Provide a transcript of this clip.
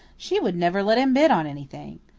she would never let him bid on anything.